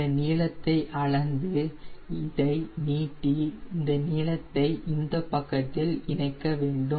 இந்த நீளத்தை அளந்து இதை நீட்டி இந்த நீளத்தை இப்பக்கத்தில் இணைக்க வேண்டும்